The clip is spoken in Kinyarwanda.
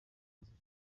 nzira